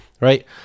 right